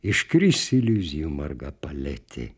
iškris iliuzijų marga paletė